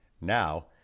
Now